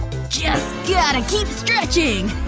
yeah yeah and keep stretching,